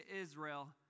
Israel